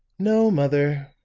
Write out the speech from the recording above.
no, mother,